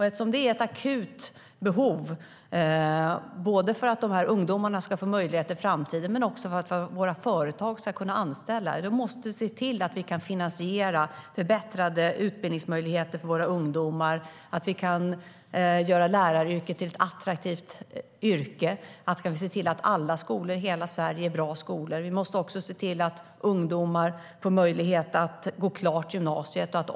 Eftersom det är ett akut behov, både för att ungdomarna ska få möjligheter i framtiden och för att våra företag ska kunna anställa, måste vi finansiera förbättrade utbildningsmöjligheter, göra läraryrket attraktivt och se till att alla skolor i hela Sverige är bra. Vi måste också se till att ungdomar får möjlighet att gå klart gymnasiet.